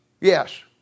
Yes